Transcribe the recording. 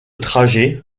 trajet